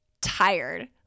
tired